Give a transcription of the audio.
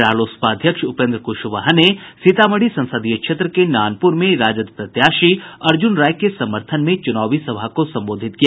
रालोसपा अध्यक्ष उपेन्द्र क्शवाहा ने सीतामढ़ी संसदीय क्षेत्र के नानपुर में राजद प्रत्याशी अर्जुन राय के समर्थन में चुनावी सभा को संबोधित किया